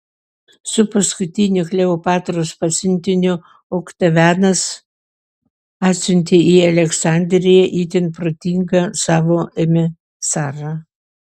su paskutiniu kleopatros pasiuntiniu oktavianas atsiuntė į aleksandriją itin protingą savo emisarą